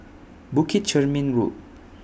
Bukit Chermin Road